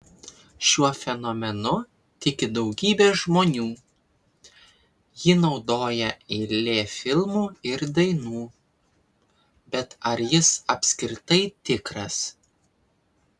šiuo fenomenu tiki daugybė žmonių jį naudoja eilė filmų ir dainų bet ar jis apskritai tikras